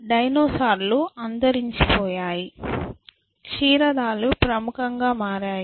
డైనోసార్లు అంతరించిపోయాయి క్షీరదాలు ప్రముఖంగా మారాయి